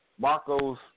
Marcos